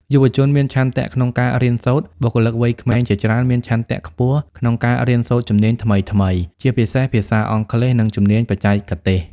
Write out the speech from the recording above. យុវជនមានឆន្ទៈក្នុងការរៀនសូត្រ បុគ្គលិកវ័យក្មេងជាច្រើនមានឆន្ទៈខ្ពស់ក្នុងការរៀនសូត្រជំនាញថ្មីៗ ជាពិសេសភាសាអង់គ្លេស និងជំនាញបច្ចេកទេស។